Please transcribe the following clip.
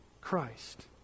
Christ